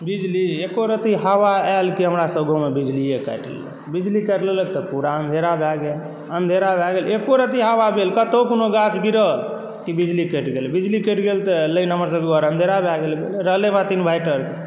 बिजली एकोरत्ती हवा आयल कि हमरा सब गाँवमे बिजलीये काटि लेलक बिजली काटि लेलक तऽ पूरा अँधेरा भए गेल अँधेरा भए गेल एकोरत्ती हवा भेल कतौ कोनो गाछ गिरल तऽ बिजली कटि गेल बिजली कटि गेल तऽ लाइन हमर सब कऽ अँधेरा भए गेल रहलै बात इनवैटर कऽ